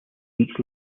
each